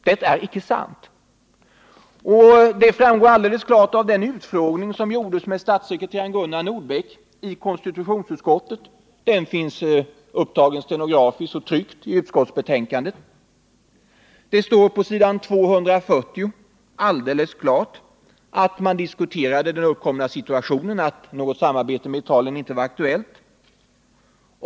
Detta är icke sant, vilket alldeles klart framgår av den utfrågning som gjordes i konstitutionsutskottet med statssekreterare Gunnar Nordbeck. Utfrågningen finns upptagen stenografiskt och är tryckt i utskottsbetänkandet. På s. 240 står det alldeles klart uttryckt att man diskuterade den uppkomna situationen, varvid det framkom att något samarbete med Italien inte var aktuellt.